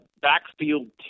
backfield